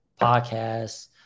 podcasts